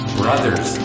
brothers